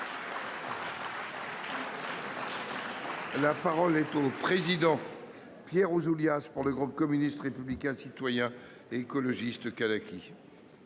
La parole est à M. Pierre Ouzoulias, pour le groupe Communiste Républicain Citoyen et Écologiste – Kanaky.